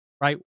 right